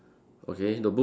okay the book